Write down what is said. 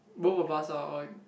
both of us ah or